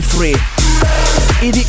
Free